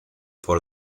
por